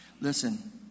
Listen